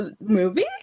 movie